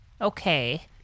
Okay